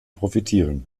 profitieren